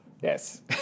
yes